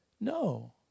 no